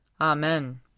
Amen